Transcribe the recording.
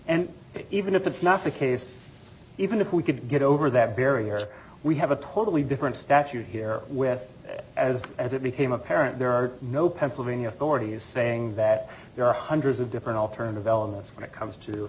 and even if it's not the case even if we could get over that barrier we have a totally different statute here with as as it became apparent there are no pennsylvania thora he is saying that there are hundreds of different alternative elements when it comes to